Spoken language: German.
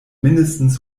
mindestens